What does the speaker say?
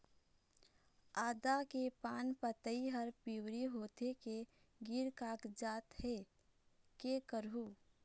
आदा के पान पतई हर पिवरी होथे के गिर कागजात हे, कै करहूं?